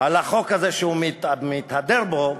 על החוק הזה שהוא מתהדר בו,